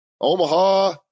Omaha